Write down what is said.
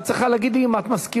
את צריכה להגיד לי אם את מסכימה.